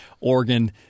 Oregon